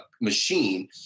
machine